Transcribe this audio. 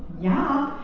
yeah,